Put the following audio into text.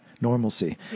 normalcy